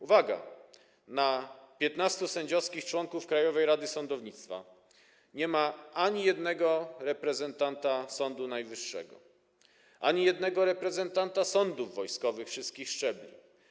Uwaga, na 15 sędziowskich członków Krajowej Rady Sądownictwa nie ma ani jednego reprezentanta Sądu Najwyższego i ani jednego reprezentanta sądów wojskowych wszystkich szczebli.